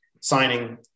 signing